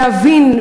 להבין,